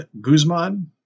Guzman